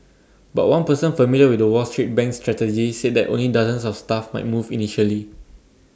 but one person familiar with the wall street bank's strategy said that only dozens of staff might move initially